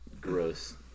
gross